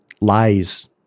lies